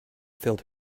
filled